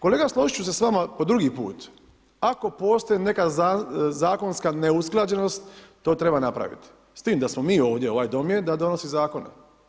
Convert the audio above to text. Kolega složiti ću se s vama po drugi put, ako postoji neka zakonska neusklađenost, to treba napraviti, s tim da smo mi ovdje, ovaj Dom je da donosi zakone.